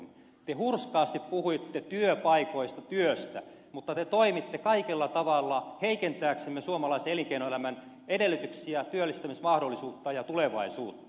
te hurskaasti puhuitte työpaikoista työstä mutta te toimitte kaikella tavalla heikentääksenne suomalaisen elinkeinoelämän edellytyksiä työllistämismahdollisuutta ja tulevaisuutta